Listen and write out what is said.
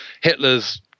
Hitler's